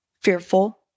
fearful